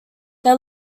they